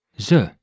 Ze